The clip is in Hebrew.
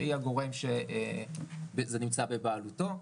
שהיא הגורם שזה נמצא בבעלותו,